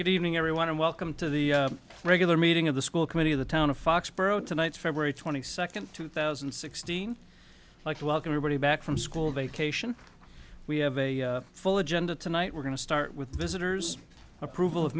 good evening everyone and welcome to the regular meeting of the school committee the town of foxborough tonight february twenty second two thousand and sixteen like to welcome her body back from school vacation we have a full agenda tonight we're going to start with visitors approval of